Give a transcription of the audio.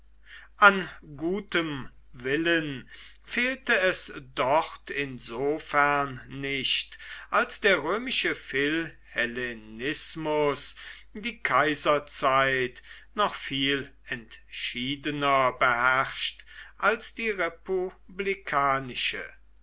an gutem willen fehlte es dort insofern nicht als der römische philhellenismus die kaiserzeit noch viel entschiedener beherrscht als die republikanische